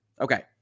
Okay